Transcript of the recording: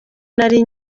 nari